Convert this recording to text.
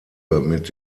mit